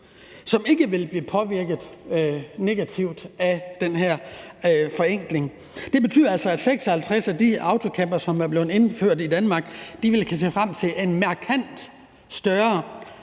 som ikke vil blive påvirket negativt af den her forenkling. Det betyder altså, at 56 af de autocampere, som er blevet indført i Danmark, vil kunne se frem til en markant større